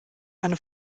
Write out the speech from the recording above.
meine